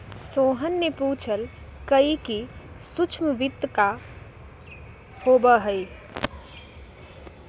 सोहन ने पूछल कई कि सूक्ष्म वित्त का होबा हई?